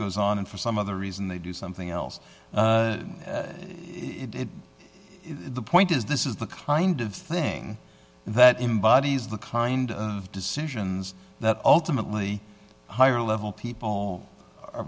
goes on and for some other reason they do something else the point is this is the kind of thing that embodies the kind of decisions that ultimately higher level people